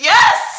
Yes